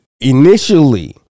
Initially